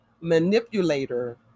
manipulator